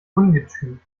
ungetüm